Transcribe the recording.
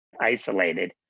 isolated